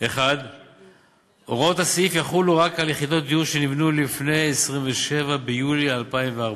1. הוראות הסעיף יחולו רק על יחידות דיור שנבנו לפני 27 ביולי 2014,